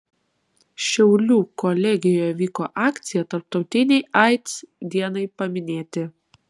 šiaulių kolegijoje vyko akcija tarptautinei aids dienai paminėti